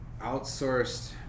outsourced